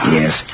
yes